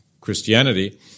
Christianity